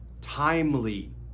timely